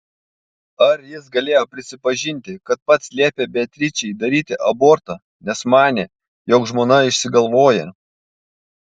ar jis galėjo prisipažinti kad pats liepė beatričei daryti abortą nes manė jog žmona išsigalvoja